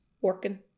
Working